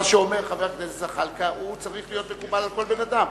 מה שאומר חבר הכנסת זחאלקה צריך להיות מקובל על כל אדם.